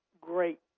great